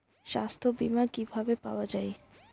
সাস্থ্য বিমা কি ভাবে পাওয়া যায়?